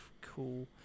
cool